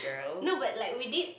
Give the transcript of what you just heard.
no but like we did